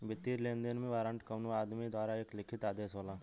वित्तीय लेनदेन में वारंट कउनो आदमी द्वारा एक लिखित आदेश होला